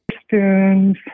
Spoons